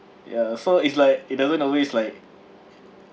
ya so it's like it doesn't always like